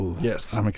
Yes